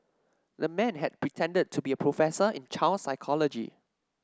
the man had pretended to be a professor in child psychology